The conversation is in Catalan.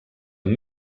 amb